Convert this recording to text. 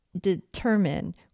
determine